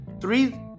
three